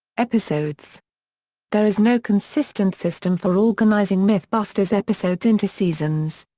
episodes there is no consistent system for organizing mythbusters episodes into seasons.